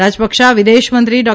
રાજપક્ષા વિદેશ મંત્રી ડો